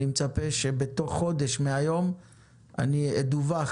אני מצפה שבתוך חודש מהיום אני אדווח